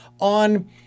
on